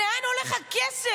לאן הולך הכסף.